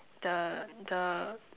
the the